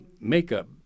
makeup